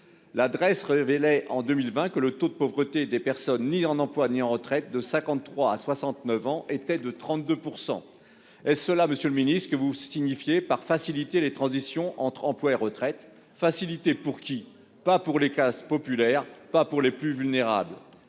La Drees révélait en 2020 que le taux de pauvreté des personnes « ni en emploi ni en retraite » de 53 ans à 69 ans était de 32 %. Est-ce cela, monsieur le ministre, que vous signifiez par « Faciliter les transitions entre emploi et retraite »? Faciliter pour qui ? Pas pour les classes populaires ni pour les plus vulnérables.